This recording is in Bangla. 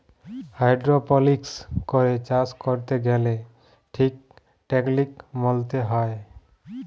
হাইড্রপলিক্স করে চাষ ক্যরতে গ্যালে ঠিক টেকলিক মলতে হ্যয়